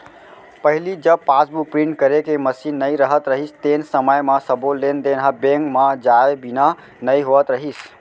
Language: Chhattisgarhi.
पहिली जब पासबुक प्रिंट करे के मसीन नइ रहत रहिस तेन समय म सबो लेन देन ह बेंक म जाए बिना नइ होवत रहिस